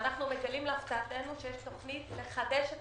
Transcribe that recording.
אנו מגלים להפתעתנו שיש תוכנית לחדש את